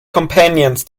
companions